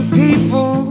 people